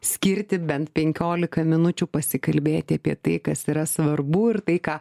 skirti bent penkiolika minučių pasikalbėti apie tai kas yra svarbu ir tai ką